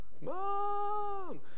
mom